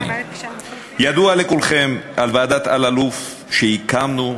ידוע לכולכם על ועדת אלאלוף שהקמנו,